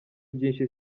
byinshi